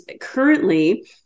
currently